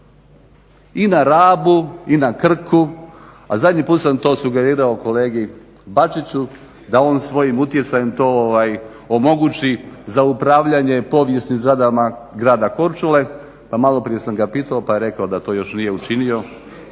I na Rabu, i na Krku, a zadnji put sam to sugerirao kolegi Bačiću da on svojim utjecajem to omogući za upravljanje povijesnim zgradama grada Korčule. Pa malo prije sam ga pitao pa je rekao da to još nije učinio